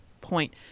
point